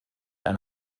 ein